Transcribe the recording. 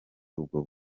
ubwo